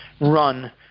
run